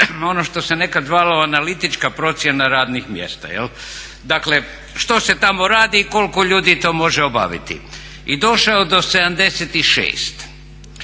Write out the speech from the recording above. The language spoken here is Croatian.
ono što se nekada zvalo analitička procjena radnih mjesta. Dakle što se tamo radi i koliko ljudi to može obaviti. I došao do 76.